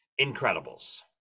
Incredibles